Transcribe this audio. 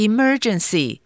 Emergency